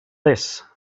this